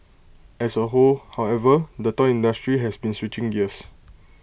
as A whole however the toy industry has been switching gears